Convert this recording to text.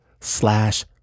slash